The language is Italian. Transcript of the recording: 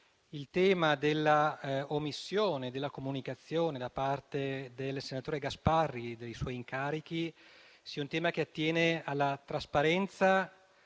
il tema della omissione della comunicazione da parte del senatore Gasparri dei suoi incarichi sia qualcosa che attenga alla trasparenza